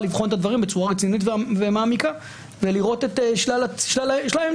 לבחון את הדברים בצורה רצינית ומעמיקה ולראות את שלל העמדות.